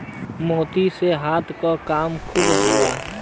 मोती से हाथ के काम खूब होला